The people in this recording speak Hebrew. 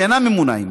שאינם ממונעים.